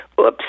Oops